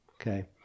okay